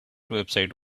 website